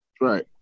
Right